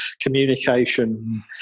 communication